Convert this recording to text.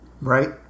Right